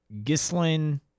gislin